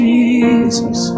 Jesus